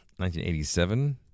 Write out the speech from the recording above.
1987